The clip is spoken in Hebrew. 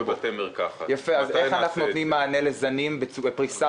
איך נותנים מענה לזנים בפריסה